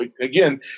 again